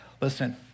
listen